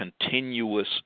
continuous